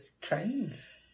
trains